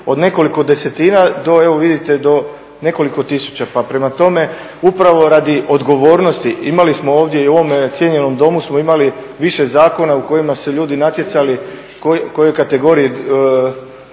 od nekoliko desetina do nekoliko tisuća. Pa prema tome, upravo radi odgovornosti imali smo ovdje i u ovom cijenjenom domu smo imali više zakona u kojima su se ljudi natjecali kojoj kategoriji